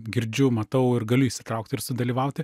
girdžiu matau ir galiu įsitraukti ir sudalyvauti